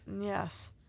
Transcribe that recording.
Yes